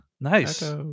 Nice